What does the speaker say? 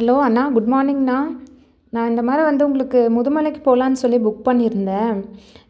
hello அண்ணா good மார்னிங்ண்ணா நான் இந்தமாதிரி வந்து உங்களுக்கும் முதுமலைக்கு போலாம்னு சொல்லி புக் பண்ணியிருந்தேன்